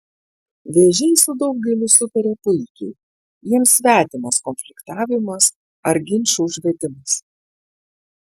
vėžiai su daugeliu sutaria puikiai jiems svetimas konfliktavimas ar ginčų užvedimas